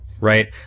Right